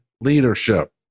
leadership